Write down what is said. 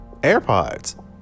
airpods